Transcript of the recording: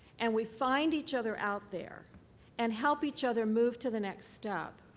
and we find each other out there and help each other move to the next step,